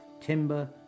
timber